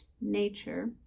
nature